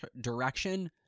direction